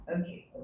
okay